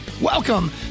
Welcome